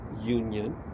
union